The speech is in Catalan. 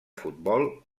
futbol